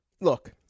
Look